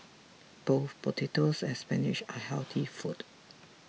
both potatoes and spinach are healthy foods